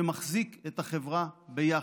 שמחזיק את החברה ביחד.